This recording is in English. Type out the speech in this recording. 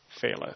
faileth